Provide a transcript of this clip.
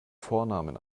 vornamen